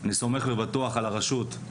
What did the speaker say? אני סומך ובטוח על הרשות,